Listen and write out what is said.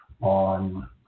on